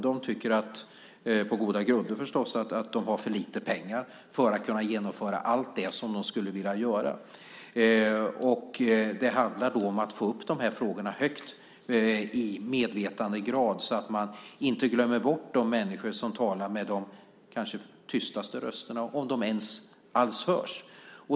De tycker - på goda grunder förstås - att de har för lite pengar för att kunna genomföra allt det som de skulle vilja göra. Det handlar då om att få upp de här frågorna högt i medvetandegrad så att man inte glömmer bort de människor som talar med de kanske tystaste rösterna - om de alls hörs.